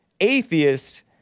atheist